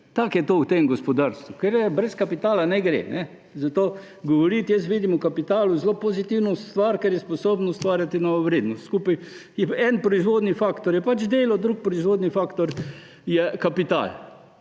Tako je to v tem gospodarstvu, ker brez kapitala ne gre. Jaz vidim v kapitalu zelo pozitivno stvar, ker je sposoben ustvarjati novo vrednost. En proizvodni faktor je delo, drug proizvodni faktor je kapital